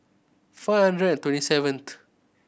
four hundred and twenty seventh